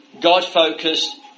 God-focused